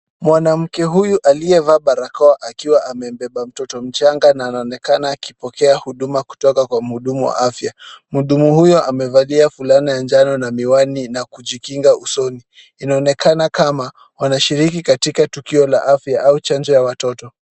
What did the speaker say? Mwanamke huyu aliyevaa barakoa akiwa amembeba mtoto mchanga na anaoneka akipokea huduma kutoka kwa mhudumu wa afya. Mhudumu huyo amevalia fulana ya njano na miwani na kujikinga usoni. Inaonekana kama wanashiriki katika tukio la afya au chanjo ya watoto.